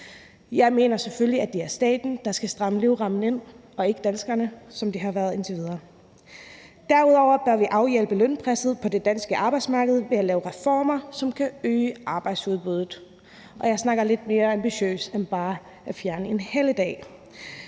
Jeg mener selvfølgelig, at det er staten, der skal stramme livremmen ind, og ikke danskerne, som det har været indtil videre. Derudover bør vi afhjælpe lønpresset på det danske arbejdsmarked ved at lave reformer, som kan øge arbejdsudbuddet, og jeg snakker lidt mere ambitiøst end bare at fjerne en helligdag.